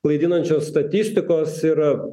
klaidinančios statistikos ir